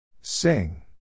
Sing